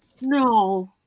no